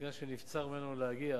שנבצר ממנו להגיע,